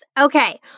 Okay